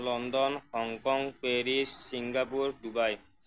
London Hong Kong Paris Singapore Dubai